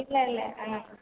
இல்லை இல்லை